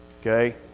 Okay